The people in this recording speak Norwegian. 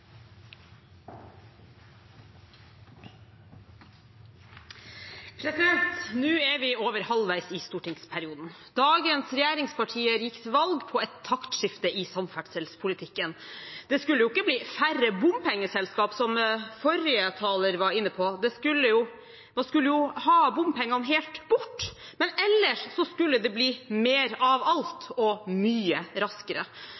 vi over halvveis i stortingsperioden. Dagens regjeringspartier gikk til valg på et taktskifte i samferdselspolitikken. Det skulle ikke bli færre bompengeselskap, som forrige taler var inne på, man skulle ha bompengene helt bort. Men ellers skulle det bli mer av alt mye raskere.